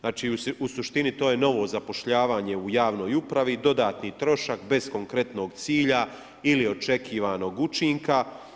Znači u suštini to je novo zapošljavanje u javnoj upravi i dodatni trošak bez konkretnog cilja ili očekivanog učinka.